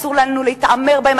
אסור לנו להתעמר בהם.